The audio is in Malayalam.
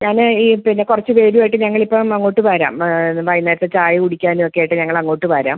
ഞാന് ഈ പിന്നെ കുറച്ച് പേരുമായിട്ട് ഞങ്ങളിപ്പോള് അങ്ങോട്ട് വരാം വൈകുന്നേരത്ത ചായ കുടിക്കാനും ഒക്കെയായിട്ട് ഞങ്ങളങ്ങോട്ട് വരാം